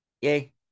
Yay